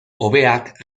hobeak